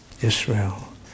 Israel